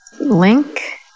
link